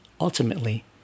Ultimately